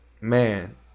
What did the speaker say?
man